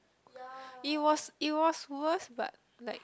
it was it was worse but like